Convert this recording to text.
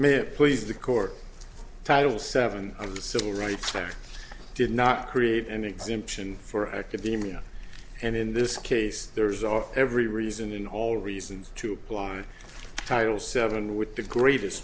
it please the court title seven of the civil rights act did not create an exemption for academia and in this case there's are every reason in all reasons to apply title seven with the greatest